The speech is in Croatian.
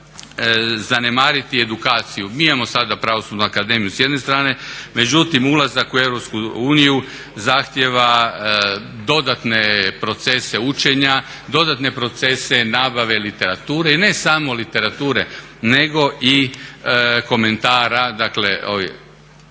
zanemariti edukaciju. Mi imamo sada Pravosudnu akademiju s jedne strane, međutim ulazak u EU zahtijeva dodatne procese učenja, dodatne procese nabave literature i ne samo literature nego i komentara